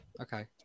Okay